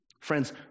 Friends